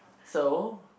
so